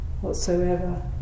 whatsoever